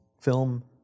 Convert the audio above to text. film